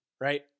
right